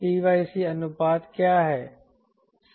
t c अनुपात क्या है